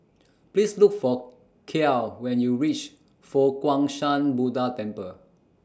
Please Look For Kiel when YOU REACH Fo Guang Shan Buddha Temple